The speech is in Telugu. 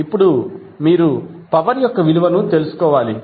ఇప్పుడు మీరు పవర్ యొక్క విలువను తెలుసుకోవాలి